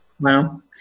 Wow